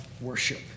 worship